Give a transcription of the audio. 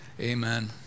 Amen